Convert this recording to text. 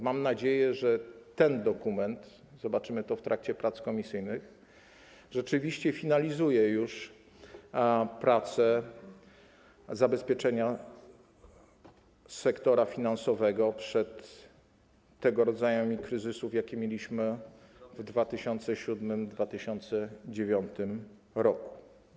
Mam nadzieję, że ten dokument, zobaczymy to w trakcie prac komisyjnych, rzeczywiście finalizuje już pracę nad zabezpieczeniem sektora finansowego przed tego rodzaju kryzysami, jakie mieliśmy w 2007 r. i w 2009 r.